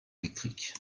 électrique